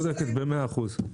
צודקת במאה אחוז.